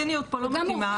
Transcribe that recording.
הציניות פה לא מתאימה.